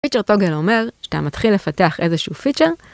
פיצ'ר טוגל אומר שאתה מתחיל לפתח איזשהו פיצ'ר